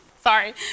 sorry